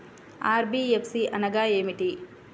NBFC అనగా ఏమిటీ?